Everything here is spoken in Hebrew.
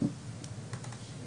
הייתה